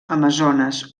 amazones